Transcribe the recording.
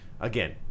Again